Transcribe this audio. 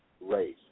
race